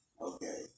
okay